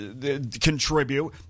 contribute